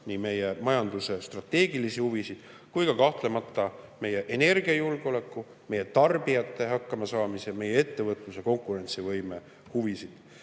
nii meie majanduse strateegilisi huvisid kui ka kahtlemata meie energiajulgeoleku, meie tarbijate hakkamasaamise, meie ettevõtluse konkurentsivõime huvisid.